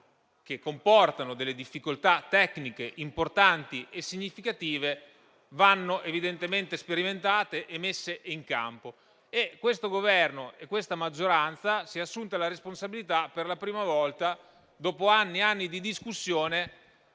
che comportano delle difficoltà tecniche importanti e significative vanno evidentemente sperimentate e poi messe in campo. Questo Governo e questa maggioranza si sono assunti la responsabilità, per la prima volta, dopo anni e anni di discussione,